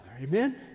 Amen